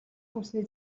хүнсний